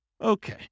Okay